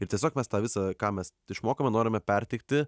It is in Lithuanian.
ir tiesiog mes tą visą ką mes išmokome norime perteikti